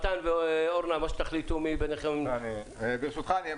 מתן או אורנה, מה שתחליטו ביניכם, מי